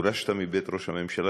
גורשת מבית ראש הממשלה,